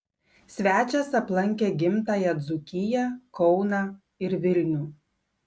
svečias aplankė gimtąją dzūkiją kauną ir vilnių